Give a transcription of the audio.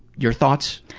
your thoughts?